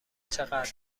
چقدر